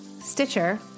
Stitcher